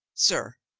sir,